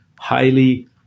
highly